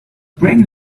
bring